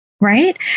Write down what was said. Right